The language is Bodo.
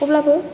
अब्लाबो